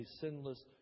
sinless